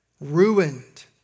ruined